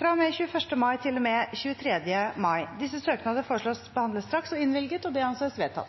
med 21. mai til og med 23. mai Etter forslag fra presidenten ble enstemmig besluttet: Søknadene behandles straks og innvilges.